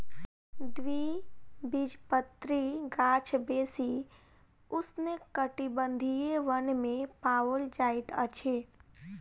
द्विबीजपत्री गाछ बेसी उष्णकटिबंधीय वन में पाओल जाइत अछि